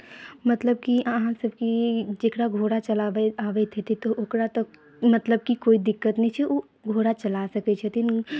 मतलब की अहाँ सब की जेकरा घोड़ा चलाबे आबैत हेतै तऽ ओकरा तऽ मतलब की कोइ दिक्कत नहि छै ओ घोड़ा चला सकै छथिन